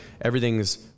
everything's